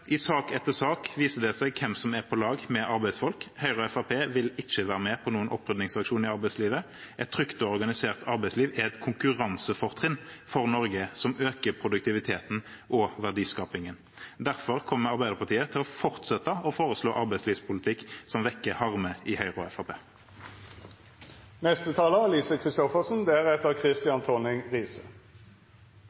I sak etter sak viser det seg hvem som er på lag med arbeidsfolk. Høyre og Fremskrittspartiet vil ikke være med på en opprydningsaksjon i arbeidslivet. Et trygt og organisert arbeidsliv er et konkurransefortrinn for Norge, som øker produktiviteten og verdiskapingen. Derfor kommer Arbeiderpartiet til å fortsette å foreslå arbeidslivspolitikk som vekker harme i Høyre og